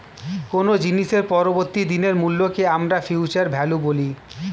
কোনো জিনিসের পরবর্তী দিনের মূল্যকে আমরা ফিউচার ভ্যালু বলি